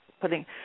putting